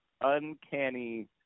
uncanny